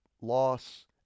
loss